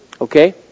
Okay